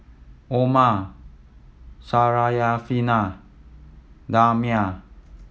Omar Syarafina Damia